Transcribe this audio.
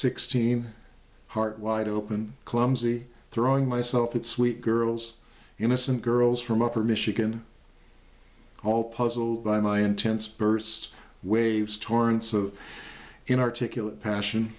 sixteen heart wide open clumsy throwing myself its sweet girls innocent girls from upper michigan all puzzled by my intense bursts waves torrents of inarticulate passion